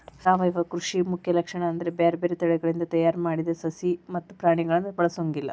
ಸಾವಯವ ಕೃಷಿ ಮುಖ್ಯ ಲಕ್ಷಣ ಅಂದ್ರ ಬ್ಯಾರ್ಬ್ಯಾರೇ ತಳಿಗಳಿಂದ ತಯಾರ್ ಮಾಡಿದ ಸಸಿ ಮತ್ತ ಪ್ರಾಣಿಗಳನ್ನ ಬಳಸೊಂಗಿಲ್ಲ